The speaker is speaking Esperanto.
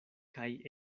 kaj